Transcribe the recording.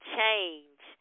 change